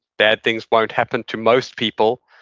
bad things won't happen to most people,